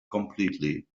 completely